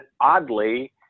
oddly